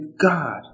God